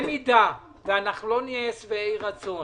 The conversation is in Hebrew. במידה ואנחנו לא נהיה שבעי רצון